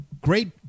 Great